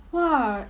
!wah!